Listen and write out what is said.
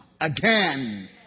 again